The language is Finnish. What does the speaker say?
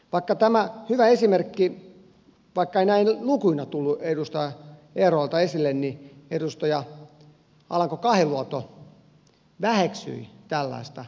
vaikka tämä hyvä esimerkki tuli vaikkakaan ei näin lukuina tullut edustaja eerolalta esille niin edustaja alanko kahiluoto väheksyi tällaista ongelmaa